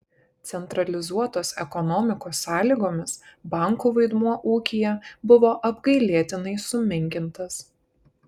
centralizuotos ekonomikos sąlygomis bankų vaidmuo ūkyje buvo apgailėtinai sumenkintas